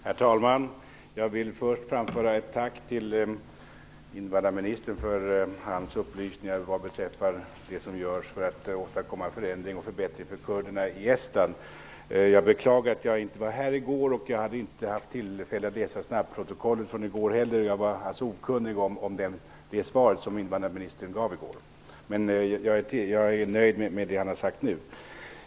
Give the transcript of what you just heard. Herr talman! Jag vill först framföra ett tack till invandrarministern för hans upplysningar vad beträffar det som görs för att åstadkomma förändringar och förbättringar för kurderna i Estland. Jag beklagar att jag inte var här i går, och jag har inte heller haft tillfälle att läsa snabbprotokollet från i går. Jag var alltså okunnig om det svar som invandrarministern gav i går. Men jag är nöjd med det han har sagt nu.